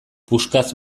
puskaz